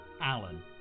Alan